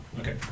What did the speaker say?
Okay